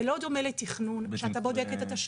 זה לא דומה לתכנון שאתה בודק את התשתיות.